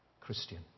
Christian